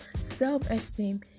self-esteem